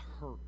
hurt